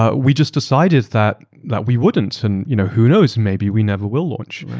ah we just decided that that we wouldn't. and you know who knows, maybe we never will launch.